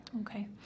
Okay